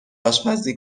آشپزی